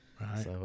right